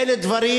אלה דברים